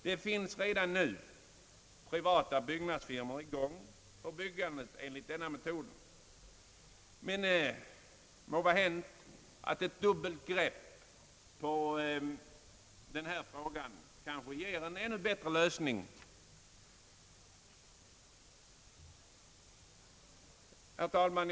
Det finns redan nu privata byggnadsfirmor i gång för byggnader enligt denna metod, men ett »dubbelt grepp» på frågan kanske ger en ännu bättre lösning. Herr talman!